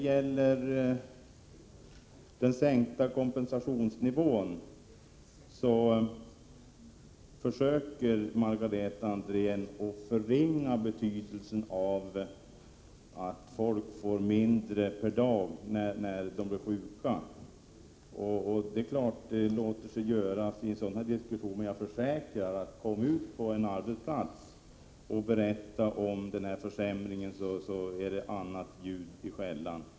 Margareta Andrén försöker förringa betydelsen av den sänkta kompensationsnivån för den som är sjuk. Det är klart att det låter sig göras i en sådan här diskussion, men jag kan försäkra att det blir ett annat ljud i skällan om hon kommer ut på en arbetsplats och berättar om försämringen.